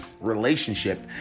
relationship